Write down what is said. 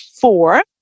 four